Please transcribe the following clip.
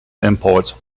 imports